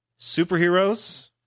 superheroes